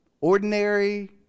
Ordinary